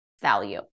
value